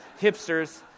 Hipsters